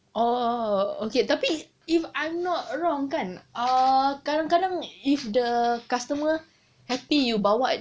oh okay tapi if I'm not around kan ah kadang-kadang if the customer happy you bawa